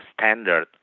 standard